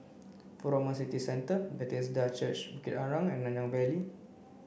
Furama City Centre Bethesda Church Bukit Arang and Nanyang Valley